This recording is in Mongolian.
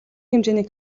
хэмжээний